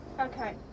Okay